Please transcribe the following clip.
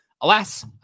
alas